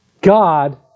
God